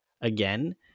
again